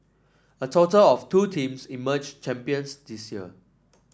a total of two teams emerged champions this year